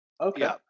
Okay